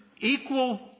equal